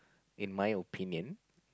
in my opinion